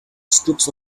strips